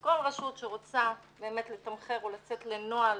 כל רשות שרוצה באמת לתמחר או לצאת לנוהל